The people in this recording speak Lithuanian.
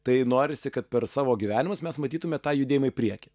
tai norisi kad per savo gyvenimus mes matytume tą judėjimą į priekį